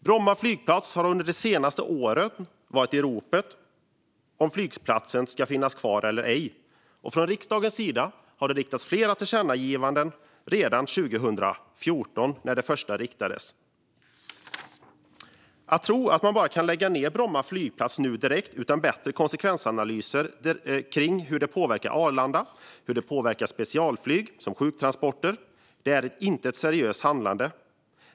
Bromma flygplats har under de senaste åren varit i ropet gällande om flygplatsen ska finnas kvar eller ej, och från riksdagens sida har det riktats flera tillkännagivanden. Det första riktades redan 2014. Att tro att man bara kan lägga ned Bromma flygplats nu direkt, utan bättre konsekvensanalyser av hur det påverkar Arlanda och hur det påverkar specialflyg som sjuktransporter, är inte ett seriöst handlande.